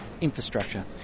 infrastructure